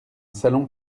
salon